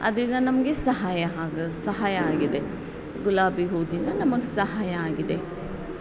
ಅದೀಗ ನಮಗೆ ಸಹಾಯ ಆಗಿ ಸಹಾಯ ಆಗಿದೆ ಗುಲಾಬಿ ಹೂವಿನಿಂದ ನಮಗೆ ಸಹಾಯ ಆಗಿದೆ